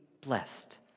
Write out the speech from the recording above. blessed